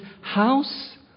house